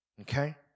Okay